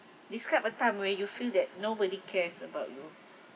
describe a time where you feel that nobody cares about you